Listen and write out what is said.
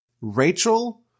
Rachel